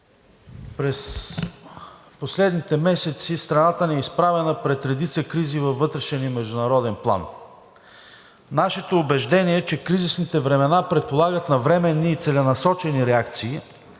През последните месеци страната ни е изправена пред редица кризи във вътрешен и международен план. Нашето убеждение е, че кризисните времена предполагат навременни и целенасочени реакции,